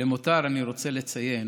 למותר, אני רוצה לציין